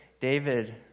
David